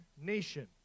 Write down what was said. nation